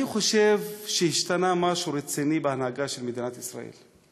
אני חושב שהשתנה משהו רציני בהנהגה של מדינת ישראל.